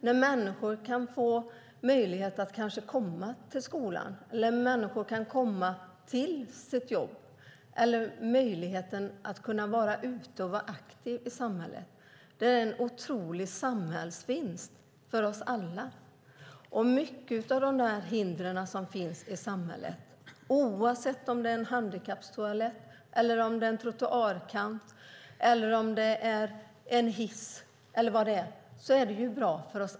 När människor får möjlighet att komma till skolan eller jobbet eller har möjlighet att vara ute och vara aktiva i samhället är det en otrolig samhällsvinst för oss alla. Många av de hinder som finns i samhället är det bra för oss alla om vi blir av med, oavsett om det rör sig om en handikapptoalett, en trottoarkant, en hiss eller vad det nu är.